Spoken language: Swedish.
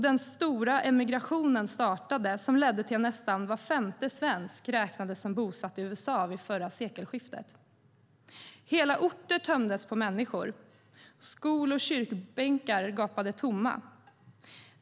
Den stora emigrationen startade, som ledde till att nästan var femte svensk räknades som bosatt i USA vid förra sekelskiftet. Hela orter tömdes på människor. Skolor och kyrkbänkar gapade tomma.